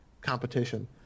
competition